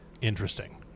interesting